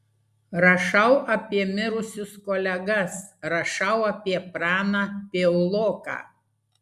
rašau apie mirusius kolegas rašau apie praną piauloką